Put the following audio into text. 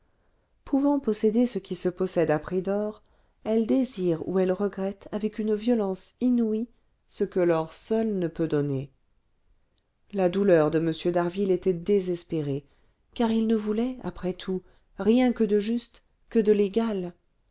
pouvant posséder ce qui se possède à prix d'or elle désire ou elle regrette avec une violence inouïe ce que l'or seul ne peut donner la douleur de m d'harville était désespérée car il ne voulait après tout rien que de juste que de légal